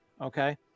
Okay